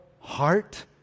heart